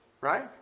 right